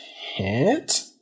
hit